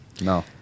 No